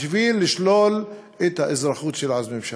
בשביל לשלול את האזרחות של עזמי בשארה,